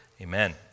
Amen